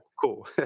cool